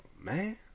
man